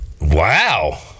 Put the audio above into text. Wow